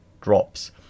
drops